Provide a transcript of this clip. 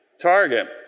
target